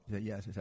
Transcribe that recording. Yes